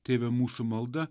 tėve mūsų malda